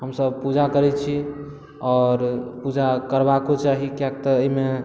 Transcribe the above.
हमसभ पूजा करै छी आओर पूजा करबाको चाही किएकि तऽ एहिमे